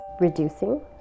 Reducing